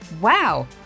Wow